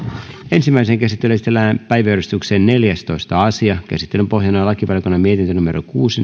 ensimmäiseen käsittelyyn esitellään päiväjärjestyksen neljästoista asia käsittelyn pohjana on lakivaliokunnan mietintö kuusi